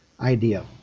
idea